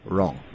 Wrong